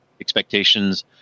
expectations